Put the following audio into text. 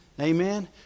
Amen